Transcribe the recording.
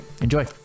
enjoy